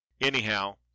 Anyhow